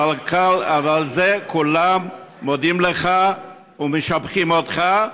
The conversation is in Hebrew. ועל זה כולם מודים לך ומשבחים אותך,